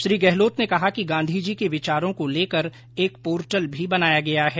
श्री गहलोत ने कहा कि गांधी जी के विचारों को लेकर एक पोर्टल भी बनाया गया है